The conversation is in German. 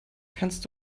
kannst